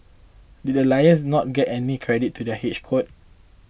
did the lions not get any credit to their head coach